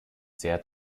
sehr